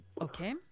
Okay